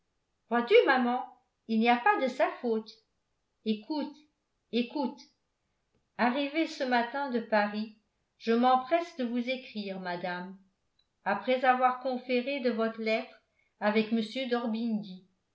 vois-tu maman il n'y a pas de sa faute écoute écoute arrivée ce matin de paris je m'empresse de vous écrire madame après avoir conféré de votre lettre avec